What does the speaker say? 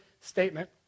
statement